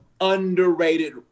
underrated